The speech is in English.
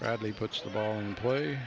bradley puts the ball in play